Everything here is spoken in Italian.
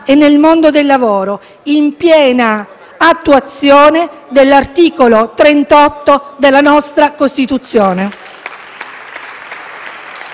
e nel mondo del lavoro, in piena attuazione dell'articolo 38 della nostra Costituzione.